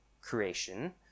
creation